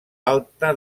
alta